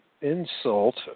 insult